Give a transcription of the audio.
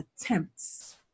attempts